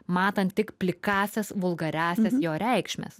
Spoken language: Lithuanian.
matant tik plikąsias vulgariąsias jo reikšmes